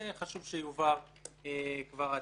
זה חשוב שיובהר כבר עתה.